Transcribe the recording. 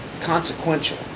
consequential